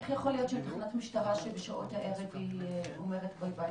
איך יכול להיות מבחינת המשטרה שבשעות הערב היא אומרת ביי ביי,